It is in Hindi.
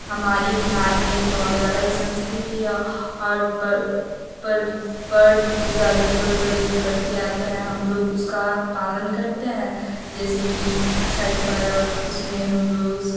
हमारे बिहार में बहुत ज़्यादा ही संस्कृति है और पर्व पर्व पर्व पूजा जो पर्व वर्व जो करते आते हैं हम लोग उसका पालन करते हैं जैसे की छठ पर्व उसमें हम लोग